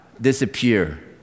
disappear